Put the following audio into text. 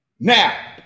Now